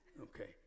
Okay